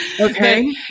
Okay